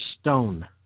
Stone